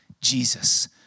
Jesus